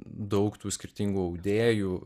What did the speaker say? daug tų skirtingų audėjų